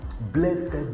blessed